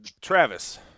Travis